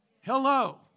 Hello